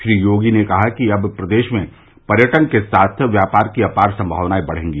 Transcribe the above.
श्री योगी ने कहा कि अब प्रदेश में पर्यटन के साथ व्यापार की अपार संभावनायें बढ़ेगी